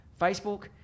Facebook